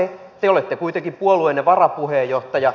te olette kuitenkin puolueenne varapuheenjohtaja